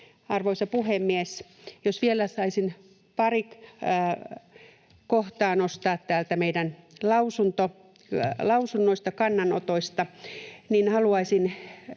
Arvoisa puhemies! Jos vielä saisin pari kohtaa nostaa täältä meidän lausunnoista, kannanotoista, niin haluaisin